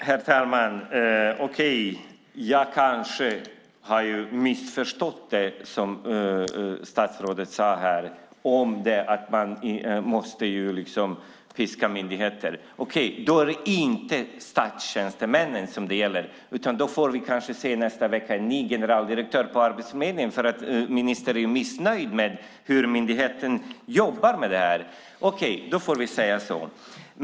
Herr talman! Okej, jag har kanske missförstått det som statsrådet sade om att man måste piska myndigheter. Då är det inte statstjänstemännen som det gäller, utan då får vi kanske nästa vecka se en ny generaldirektör på Arbetsförmedlingen för att ministern är missnöjd med hur myndigheten jobbar med det här. Okej, då får vi säga så.